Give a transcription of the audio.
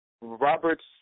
Robert's